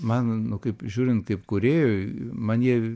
man nu kaip žiūrint kaip kūrėjui man jie